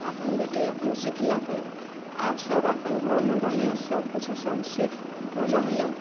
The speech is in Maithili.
अपन बेटी अपन सिखलकै तऽ आब सभ अपन घरमे बढ़िआँसँ सभ किछु सब सिखके रहलै